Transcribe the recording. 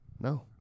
No